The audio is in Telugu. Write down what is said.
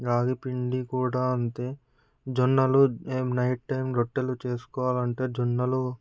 రాగి పిండి కూడా అంతే జొన్నలు మేము నైట్ టైం రొట్టెలు చేసుకోవాలి అంటే జొన్నలు